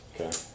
Okay